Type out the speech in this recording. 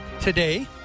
today